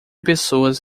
pessoas